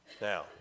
Now